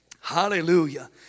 Hallelujah